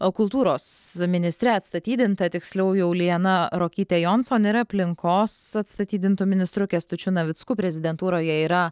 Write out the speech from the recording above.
kultūros ministre atstatydinta tiksliau jau liana ruokytė jonson ir aplinkos atstatydintu ministru kęstučiu navicku prezidentūroje yra